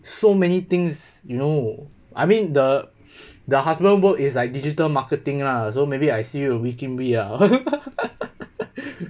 so many things you know I mean the the husband work is like digital marketing lah so maybe I see wee kim wee